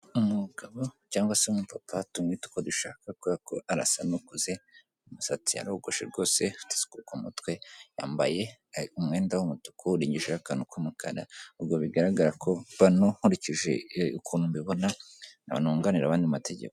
Umugabo cyangwa se umupapa tumwite uko dushaka, kubera ko arasa n'ukuze, umusatsi yarogoshe rwose, afite isuku ku mutwe. Yambaye umwenda w'umutuku, urengejeho akantu k'umukara, ubwo bigaragara bano nkurikije ukuntu mbibona, ni abantu bunganira abandi mu mategeko.